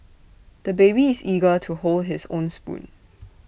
the baby is eager to hold his own spoon